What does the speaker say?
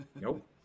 nope